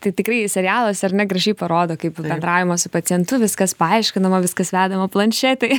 tai tikrai serialas ar ne gražiai parodo kaip bendravimą su pacientu viskas paaiškinama viskas vedama planšetėj